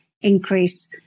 increase